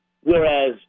Whereas